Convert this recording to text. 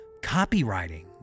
copywriting